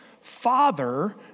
Father